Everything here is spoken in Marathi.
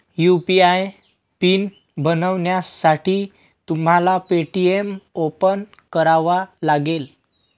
यु.पी.आय पिन बनवण्यासाठी तुम्हाला पे.टी.एम ओपन करावा लागेल